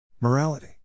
Morality